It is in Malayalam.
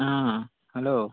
ആ ഹലോ